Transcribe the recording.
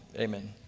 amen